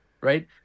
right